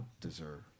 deserve